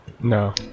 No